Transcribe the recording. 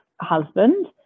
husband